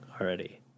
already